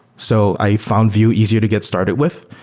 so i found vue easier to get started with.